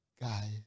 guy